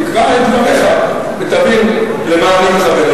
תקרא את דבריך ותבין למה אני מכוון.